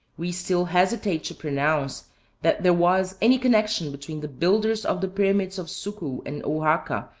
we still hesitate to pronounce that there was any connection between the builders of the pyramids of suku and oajaca,